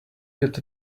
get